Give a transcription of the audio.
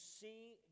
see